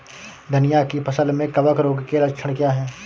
धनिया की फसल में कवक रोग के लक्षण क्या है?